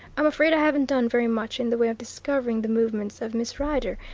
i'm afraid i haven't done very much in the way of discovering the movements of miss rider,